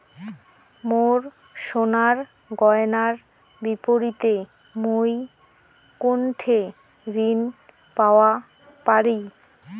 মোর সোনার গয়নার বিপরীতে মুই কোনঠে ঋণ পাওয়া পারি?